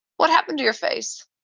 what happened to your face?